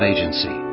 Agency